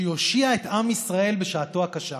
שיושיע את עם ישראל בשעתו הקשה.